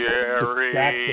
Jerry